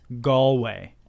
Galway